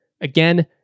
Again